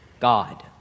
God